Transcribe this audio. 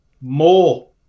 more